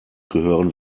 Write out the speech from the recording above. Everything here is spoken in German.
gehören